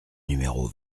numéro